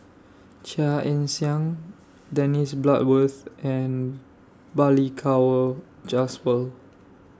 Chia Ann Siang Dennis Bloodworth and Balli Kaur Jaswal